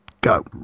go